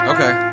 Okay